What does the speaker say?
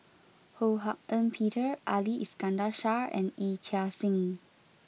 Ho Hak Ean Peter Ali Iskandar Shah and Yee Chia Hsing